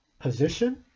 position